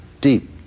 deep